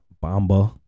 bomba